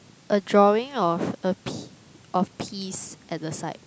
a drawing of a p~ of peas at the side